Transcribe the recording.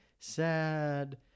sad